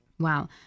Wow